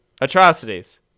Atrocities